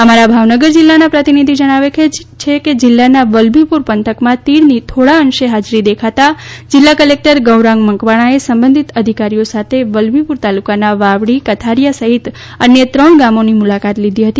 અમારા ભાવનગર જિલ્લાના પ્રતિનિધિ જણાવે છે કે જિલ્લાના વલ્લભીપુર પંથકમાં તીડની થોડા અંશે હાજરી દેખાતા જિલ્લા કલેક્ટર ગૌરાંગ મકવાણાએ સંબંધિત અધિકારીઓ સાથે વલ્લભીપુર તાલુકાના વાવડી કથારીયા સહિત અન્ય ત્રણ ગામોની મુલાકાત લીધી હતી